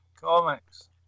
comics